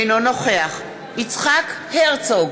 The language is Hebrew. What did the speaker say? אינו נוכח יצחק הרצוג,